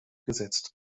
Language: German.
gesetzt